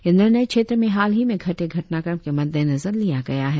यह निर्णय क्षेत्र में हाल ही में घटे घटनाक्रम के मद्देनजर लिया गया है